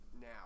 now